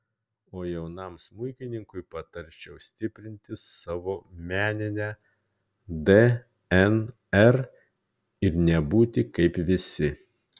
o jaunam smuikininkui patarčiau stiprinti savo meninę dnr ir nebūti kaip visi